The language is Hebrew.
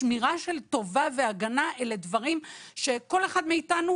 שמירה של טובה והגנה אלה דברים שכל אחד מאתנו,